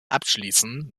abschließend